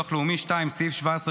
הבאים: ועדת הכספים: (1) סעיפים 7-6,